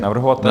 Navrhovatel?